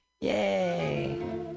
Yay